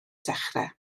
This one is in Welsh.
dechrau